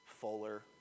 Fuller